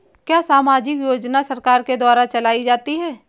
क्या सामाजिक योजना सरकार के द्वारा चलाई जाती है?